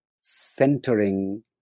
centering